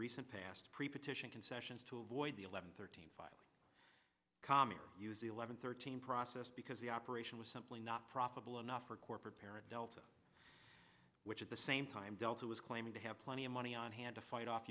recent past preposition concessions to avoid the eleven thirteen filing common use eleven thirteen process because the operation was simply not profitable enough for corporate parent delta which at the same time delta was claiming to have plenty of money on hand to fight off